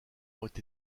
ont